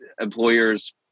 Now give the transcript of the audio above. employers